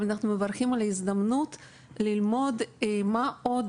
אבל אנחנו מברכים על ההזדמנות ללמוד מה עוד